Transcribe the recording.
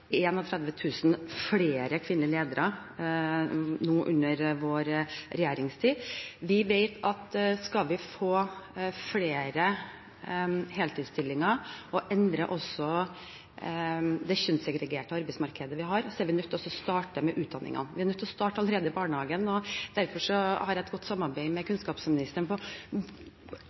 flere kvinnelige ledere nå, under vår regjeringstid. Vi vet at skal vi få flere heltidsstillinger og også endre det kjønnssegregerte arbeidsmarkedet vi har, er vi nødt til å starte med utdanningen. Vi er nødt til å starte allerede i barnehagen, og derfor har jeg et godt samarbeid med kunnskapsministeren